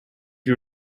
you